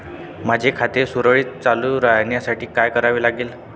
माझे खाते सुरळीतपणे चालू राहण्यासाठी काय करावे लागेल?